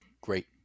Great